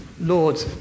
lord